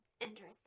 Interesting